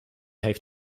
heeft